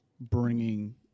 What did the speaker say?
bringing